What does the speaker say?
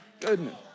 goodness